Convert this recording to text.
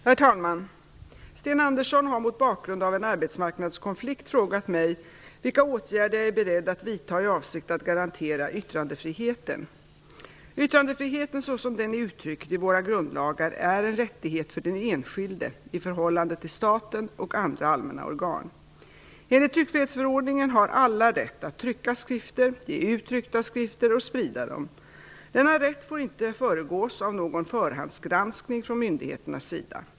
Herr talman! Sten Andersson har mot bakgrund av en arbetsmarknadskonflikt frågat mig vilka åtgärder jag är beredd att vidta i avsikt att garantera yttrandefriheten. Yttrandefriheten såsom den är uttryckt i våra grundlagar är en rättighet för den enskilde i förhållande till staten och andra allmänna organ. Enligt tryckfrihetsförordningen har alla rätt att trycka skrifter, ge ut tryckta skrifter och sprida dem. Denna rätt får inte föregås av någon förhandsgranskning från myndigheternas sida.